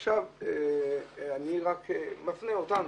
עכשיו, אני רק מפנה אותנו,